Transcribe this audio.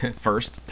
First